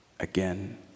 again